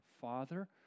Father